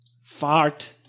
Fart